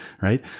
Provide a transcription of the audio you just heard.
Right